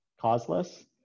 causeless